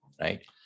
right